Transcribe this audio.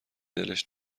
دلش